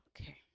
Okay